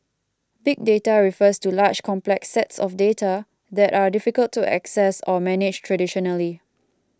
big data refers to large complex sets of data that are difficult to access or manage traditionally